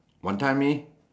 Wanton-Mee